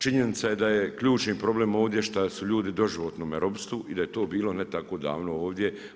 Činjenica je da je ključni problem ovdje što su ljudi u doživotnome ropstvu i da je to bilo ne tako davno ovdje.